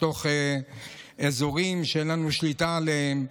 בתוך אזורים שאין לנו שליטה עליהם.